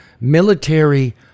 military